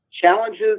challenges